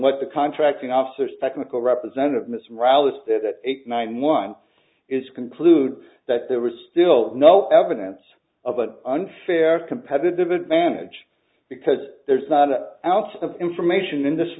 what the contracting officers technical representative miss rouse that night and one is concluded that there was still no evidence of an unfair competitive advantage because there's not a ounce of information in this